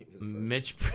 Mitch